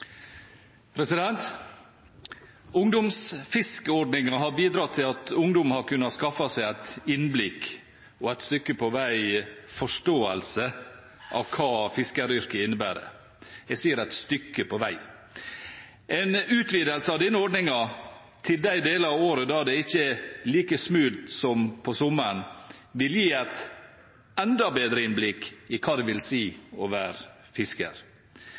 har bidratt til at ungdom har kunnet skaffe seg et innblikk i og et stykke på vei forståelse av hva fiskeryrket innebærer. Jeg sier et stykke på vei. En utvidelse av denne ordningen til de deler av året da det ikke er like smult som på sommeren, vil gi et enda bedre innblikk i hva det vil si å være fisker.